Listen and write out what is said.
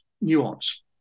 nuance